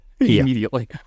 immediately